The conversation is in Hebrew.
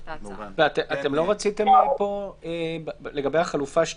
אתם לא רוצים לגבי החלופה 2